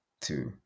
two